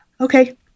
Okay